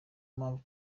mpamvu